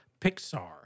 Pixar